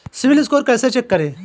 CIBIL score कैसे check करें?